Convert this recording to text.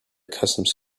customs